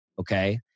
Okay